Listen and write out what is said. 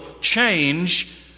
change